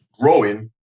growing